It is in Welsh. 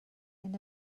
hyn